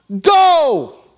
go